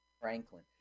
Franklin